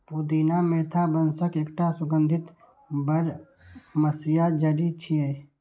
पुदीना मेंथा वंशक एकटा सुगंधित बरमसिया जड़ी छियै